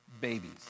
babies